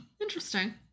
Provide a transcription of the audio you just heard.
interesting